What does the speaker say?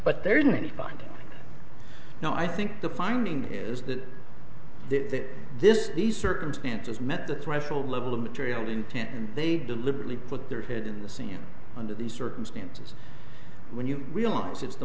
but there isn't it's binding now i think the finding is that that this these circumstances met this rifle level of material intent and they deliberately put their head in the sea and under these circumstances when you realise it's the